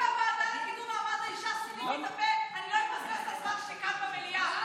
אני מבקש להקפיד על הזמנים,